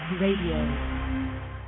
Radio